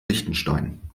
liechtenstein